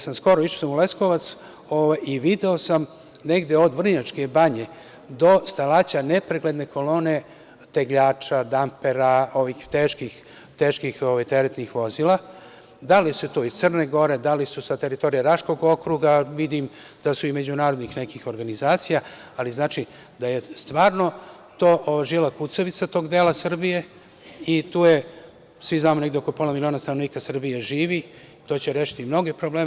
Skoro sam išao u Leskovac i video sam negde od Vrnjačke banje do Stalaća nepregledne kolone tegljača, dampera, ovih teških teretnih vozila, da li su iz Crne Gore, da li su sa teritorije Raškog okruga, vidim da su ih nekih međunarodnih organizacija, ali znači da je to stvarno žila kucavica tog dela Srbije i tu je, svi znamo, negde oko pola miliona stanovnika Srbije živi, to će rešiti mnoge probleme.